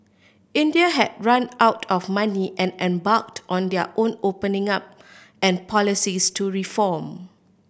India had run out of money and embarked on their own opening up and policies to reform